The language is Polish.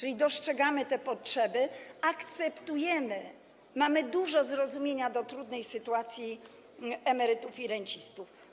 A więc dostrzegamy te potrzeby, akceptujemy je, mamy dużo zrozumienia dla trudnej sytuacji emerytów i rencistów.